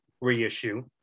reissue